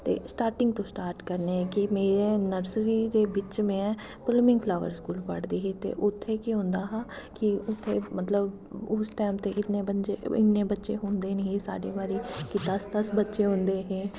ते स्टार्टिंग तो स्टार्ट करने आं कि में नर्सरी दे बिच्च में पलिंग फ्लावर स्कूल पढ़दी ही ते उत्थें केह् होंदा हा कि उत्थें मतलब उस टैम ते इतने बच्चे इन्ने बच्चे होंदे निं हे साड्डे बारी कोई दस दस बच्चे होंदे हे